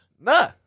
Nah